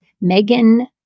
Megan